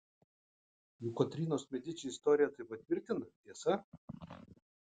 juk kotrynos mediči istorija tai patvirtina tiesa